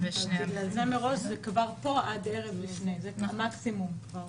לכן פה זה ערב לפני, מקסימום.